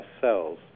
cells